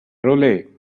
roulette